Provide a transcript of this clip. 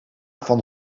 van